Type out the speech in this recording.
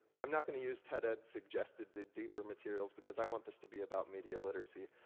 i'm not going to use ted-ed's suggested dig deeper materials because i want this to be about media literacy.